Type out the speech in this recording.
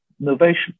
innovation